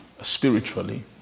spiritually